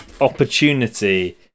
opportunity